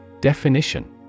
Definition